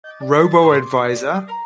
robo-advisor